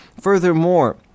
Furthermore